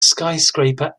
skyscraper